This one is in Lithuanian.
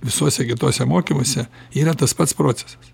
visuose kituose mokymuose yra tas pats procesas